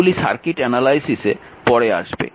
এগুলি সার্কিট অ্যানালাইসিসে পরে আসবে